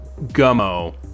gummo